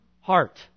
heart